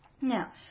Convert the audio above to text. Now